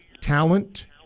talent